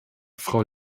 frau